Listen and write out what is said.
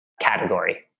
category